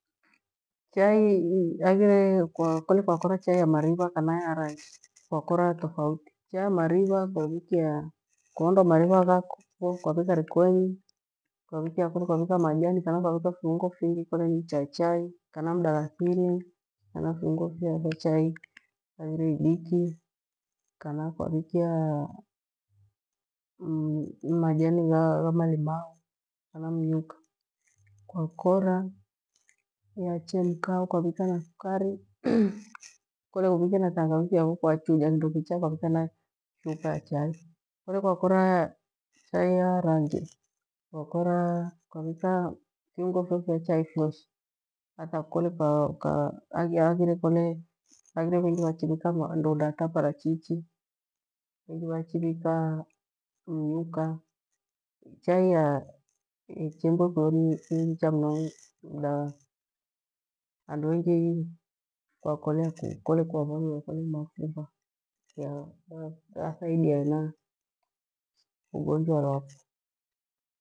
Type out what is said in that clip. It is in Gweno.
Chai haighire kole kwa kola chai ya mariva kana ya rangi kwakora tofauti chai ya mariva kwavikia kwaondoa maviva ghafa kwavika nikonya kwavika kari kwanka majani kana kwanka fiungo fingi kole mchaichai, kana mdalathini kana fiungo fya fyachai thailiki kwavikia majani gha malimao kana mnyuka kwa kokora yachemka ho kwankena thukari kole kuukie na tangawithi yafo kwachuja kindokicha kwavika kwa vika hena chupa ya chai, kele kole kwakora. Chai ya rangi kwakora kwa vika viungo fya fya chai fyoshe hata kole uka haghire kole haghire vengi vachivika ndunda ta parachichi vengi vachivika mnyuka chai ichembiwe kuyo ni njicha mnu ni dawa handu hengi kwakolea kole kwavaviwa kole ni maphira yathaidia hena ugongwa wafo.